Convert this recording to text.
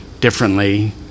differently